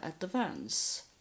advance